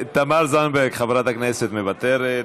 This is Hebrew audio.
תמר זנדברג, חברת הכנסת, מוותרת,